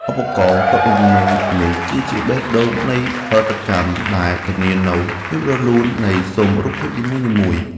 ឧបករណ៍ទប់លំនឹងនេះគឺជាបេះដូងនៃផលិតកម្មដែលធានានូវភាពរលូននៃស៊ុមរូបភាពនីមួយៗ។